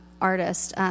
artist